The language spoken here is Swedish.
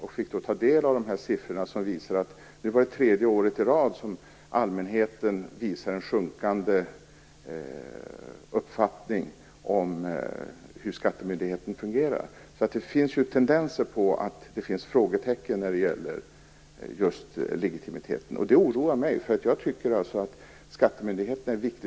Vi fick då ta del av siffror som visar att det är tredje året i rad som allmänheten visar en alltmer negativ uppfattning om hur skattemyndigheten fungerar, så det finns ju tendenser på att det finns frågetecken när det gäller just legitimiteten. Detta oroar mig, för jag tycker att skattemyndigheten är viktig.